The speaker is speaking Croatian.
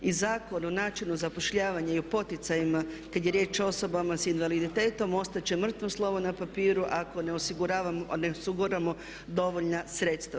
I Zakon o načinu zapošljavanja i o poticajima kada je riječ o osobama sa invaliditetom ostat će mrtvo slovo na papiru ako ne osiguramo dovoljna sredstva.